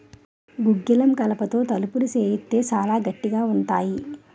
గుగ్గిలం కలపతో తలుపులు సేయిత్తే సాలా గట్టిగా ఉంతాయి